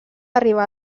arribar